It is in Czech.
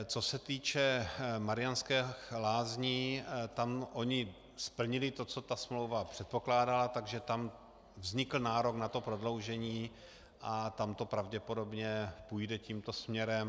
Co se týče Mariánských Lázní, tam oni splnili to, co smlouva předpokládala, takže tam vznikl nárok na prodloužení a tam to pravděpodobně půjde tímto směrem.